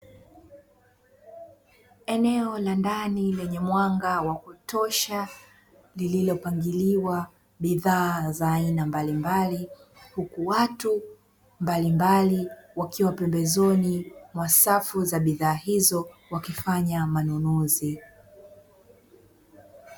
Eneo la ndani lenye mwanga wa kutosha lililopangiliwa bidhaa za aina mbalimbali, huku watu mbalimbali wakiwa pembezoni mwa safu za bidhaa hizo wakifanya manunuzi.